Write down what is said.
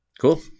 Cool